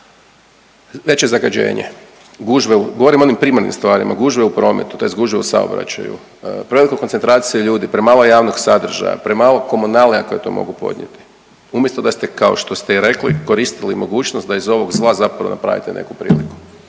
stvarima, gužve u prometu tj. gužve u saobraćaju, prevelika koncentracija ljudi, premalo javnog sadržaja, premalo komunalija koje to mogu podnijeti. Umjesto da ste kao što ste i rekli koristili mogućnost da iz ovog zla zapravo napravite neku priliku.